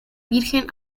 virgen